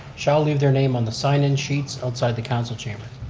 shall leave their name on the sign-in sheets outside the council chamber.